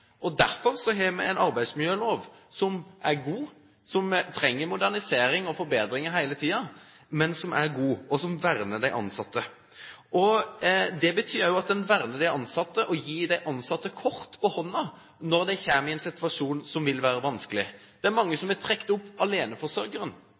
Derfor har vi en arbeidsmiljølov som er god, som trenger modernisering og forbedringer hele tiden, men som er god, og som verner de ansatte. Det betyr også at den verner de ansatte og gir de ansatte kort på hånden når de kommer i en situasjon som vil være vanskelig. Det er mange